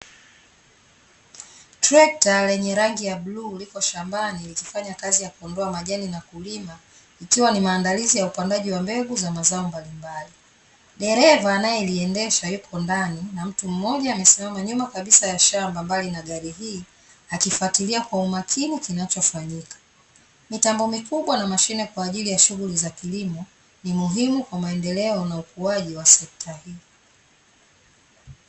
Trekta lenye rangi ya bluu liko shambani, likifanya kazi ya kuondoa majani na kulima, ikiwa ni maandalizi ya upandaji wa mbegu za mazao mbalimbali. Dereva anayeliendesha yuko ndani, na mtu mmoja amesimama nyuma kabisa ya shamba mbali na gari hili, akifuatilia kwa makini kinachofanyika. Mitambo mikubwa na mashine kwa ajili ya shughuli za kilimo, ni muhimu kwa maendeleo na ukuaji wa sekta hii.